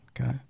Okay